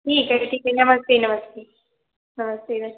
ठीक है ठीक है नमस्ते नमस्ते नमस्ते रखि